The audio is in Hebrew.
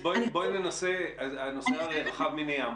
הנושא הרי רחב מני ים.